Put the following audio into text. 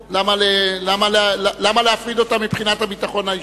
למה להפריד אותה מבחינת הביטחון האישי?